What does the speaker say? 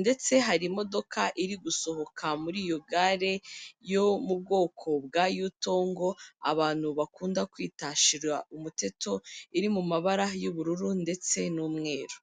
ndetse hari imodoka iri gusohoka muri iyo gare yo mu bwoko bwa yutongo, abantu bakunda kwita shira umuteto, iri mu mabara y'ubururu ndetse n'umweru.